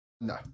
No